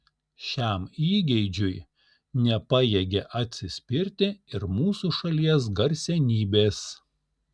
šiam įgeidžiui nepajėgė atsispirti ir mūsų šalies garsenybės